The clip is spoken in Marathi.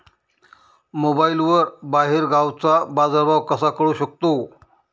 मोबाईलवर बाहेरगावचा बाजारभाव कसा कळू शकतो?